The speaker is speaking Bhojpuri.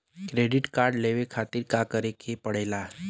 क्रेडिट कार्ड लेवे खातिर का करे के पड़ेला?